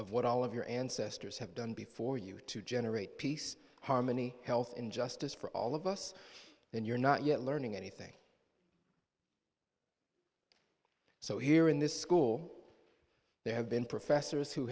of what all of your ancestors have done before you to generate peace harmony health in justice for all of us and you're not yet learning anything so here in this school there have been professors who